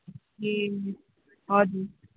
ए हजुर